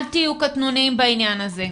אל תהיו קטנוניים בעניין הזה.